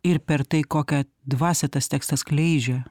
ir per tai kokią dvasią tas tekstas skleidžia